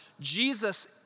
Jesus